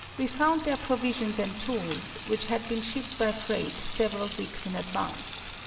we found there provisions and tools, which had been shipped by freight several weeks in advance.